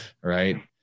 right